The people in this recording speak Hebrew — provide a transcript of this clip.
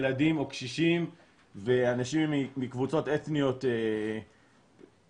ילדים או קשישים ואנשים מקבוצות אתניות שונות.